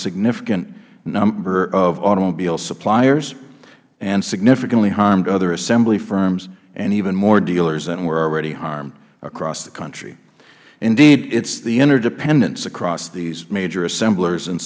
significant number of automobile suppliers and significantly harmed other assembly firms and even more dealers than were already harmed across the country indeed it's the interdependence across these major assemblers and